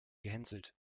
gehänselt